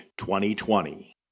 2020